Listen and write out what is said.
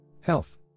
Health